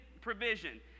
provision